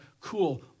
cool